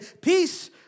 peace